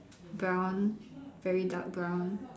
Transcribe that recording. brown very dark brown